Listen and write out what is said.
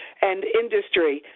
and industry,